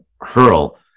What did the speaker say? hurl